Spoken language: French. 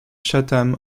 chatham